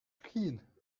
skiën